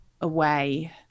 away